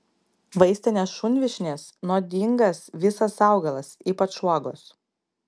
vaistinės šunvyšnės nuodingas visas augalas ypač uogos